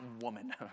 woman